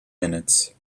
minutes